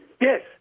Yes